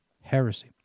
heresy